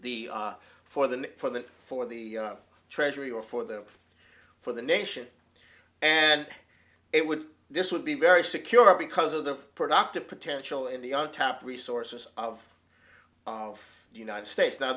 the for the for the for the treasury or for them for the nation and it would this would be very secure because of the productive potential in the untapped resources of of the united states now